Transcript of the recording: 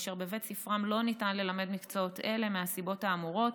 אשר בבית ספרם לא ניתן ללמד מקצועות אלה מהסיבות האמורות,